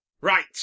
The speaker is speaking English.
Right